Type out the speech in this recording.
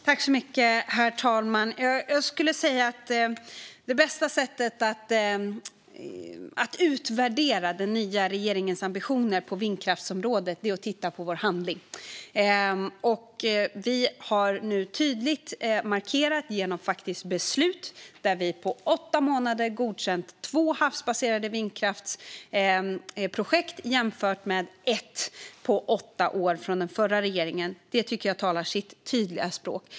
Herr talman! Jag skulle säga att det bästa sättet att utvärdera den nya regeringens ambitioner på vindkraftsområdet är att titta på vår handling. Vi har nu gjort tydliga markeringar genom faktiska beslut. På åtta månader har vi godkänt två projekt för havsbaserad vindkraft jämfört med ett projekt på åtta år av den förra regeringen. Det tycker jag talar sitt tydliga språk.